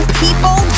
people